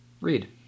read